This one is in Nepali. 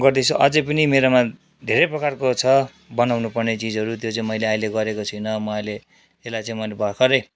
गर्दैछु अझै पनि मेरोमा धेरै प्रकारको छ बनाउनु पर्ने चिजहरू त्यो चाहिँ मैले अहिले गरेको छुइनँ म अहिले एल्लाई चाहिँ मैले भर्खरै